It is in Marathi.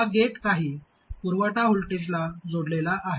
हा गेट काही पुरवठा व्होल्टेजला जोडलेला आहे